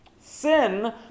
Sin